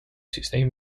systeem